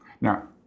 Now